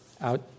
out